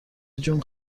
جون